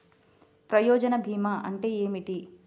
ప్రయోజన భీమా అంటే ఏమిటి?